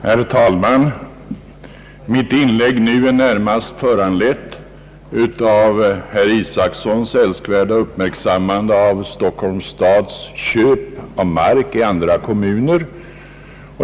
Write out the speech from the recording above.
Herr talman! Mitt inlägg nu är närmast föranlett av herr Isacsons älsk värda uppmärksammande av Stockholms stads köp av mark i andra kommuner.